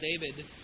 David